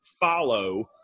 follow